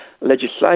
legislation